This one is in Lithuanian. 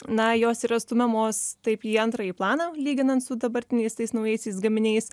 na jos yra stumiamos taip į antrąjį planą lyginant su dabartiniais tais naujaisiais gaminiais